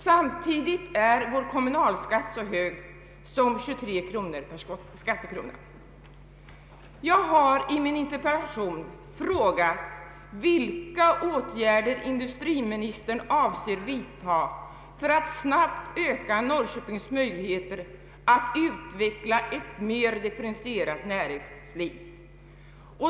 Samtidigt är vår kommunalskatt så hög som 23 kronor per skattekrona. Jag har i min interpellation frågat vilka åtgärder industriministerna avser vidta för att snabbt öka Norrköpings möjligheter att utveckla ett mer differentierat näringsliv.